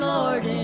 Lord